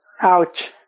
Ouch